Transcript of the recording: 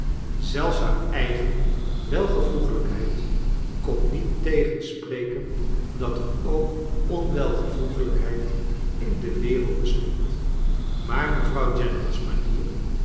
zelfs haar eigen welvoegelijkheid kon niet tegenspreken dat er ook onwelvoegelijkheid in de wereld bestond maar mevrouw